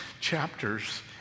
chapters